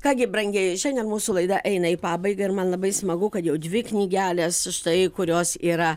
ką gi brangieji šiandien mūsų laida eina į pabaigą ir man labai smagu kad jau dvi knygelės štai kurios yra